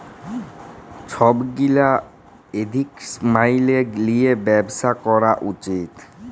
ছব গীলা এথিক্স ম্যাইলে লিঁয়ে ব্যবছা ক্যরা উচিত